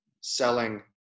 selling